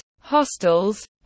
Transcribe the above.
hostels